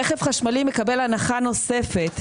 רכב חשמלי מקבל הנחה נוספת,